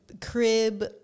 crib